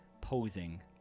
posing